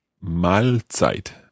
Mahlzeit